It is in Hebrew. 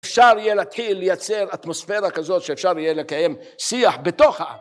אפשר יהיה להתחיל לייצר אטמוספירה כזאת שאפשר יהיה לקיים שיח בתוך הארץ.